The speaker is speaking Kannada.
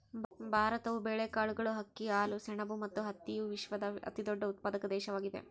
ಭಾರತವು ಬೇಳೆಕಾಳುಗಳು, ಅಕ್ಕಿ, ಹಾಲು, ಸೆಣಬು ಮತ್ತು ಹತ್ತಿಯ ವಿಶ್ವದ ಅತಿದೊಡ್ಡ ಉತ್ಪಾದಕ ದೇಶವಾಗಿದೆ